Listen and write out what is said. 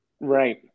Right